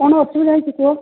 କ'ଣ ଅସୁବିଧା ହେଇଛି କୁହ